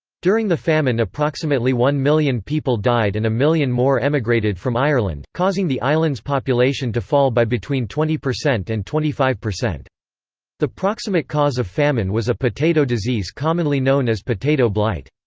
during the famine approximately one million people died and a million more emigrated from ireland, causing the island's population to fall by between twenty percent and twenty five. the proximate cause of famine was a potato disease commonly known as potato blight.